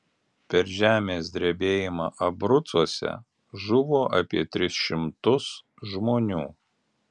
per žemės drebėjimą abrucuose žuvo apie tris šimtus žmonių